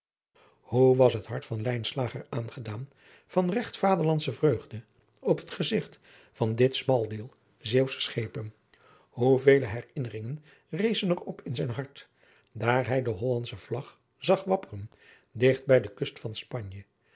hoe was het hart van lijnslager aangedaan van regt vaderlandsche vreugde op het gezigt van dit smaldeel zeeuwsche schepen hoe vele herinneringen rezen er op in zijn hart daar hij de hollandsche vlag zag wapperen digt bij de kust van spanje